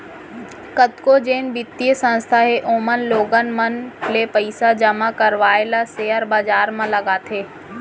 कतको जेन बित्तीय संस्था हे ओमन लोगन मन ले पइसा जमा करवाय ल सेयर बजार म लगाथे